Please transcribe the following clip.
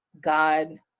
God